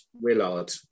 Willard